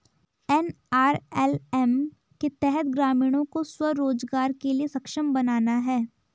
NRLM के तहत ग्रामीणों को स्व रोजगार के लिए सक्षम बनाना है